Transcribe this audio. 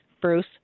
Bruce